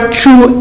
true